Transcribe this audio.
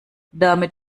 damit